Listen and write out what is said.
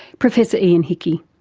professor ian hickie.